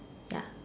ya